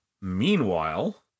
Meanwhile